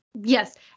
yes